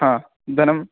हा धनम्